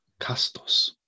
Castos